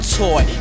toy